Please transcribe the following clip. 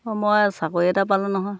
অঁ মই চাকৰি এটা পালোঁ নহয়